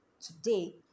today